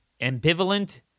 ambivalent